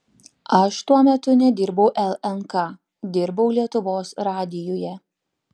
aš tuo metu nedirbau lnk dirbau lietuvos radijuje